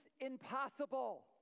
impossible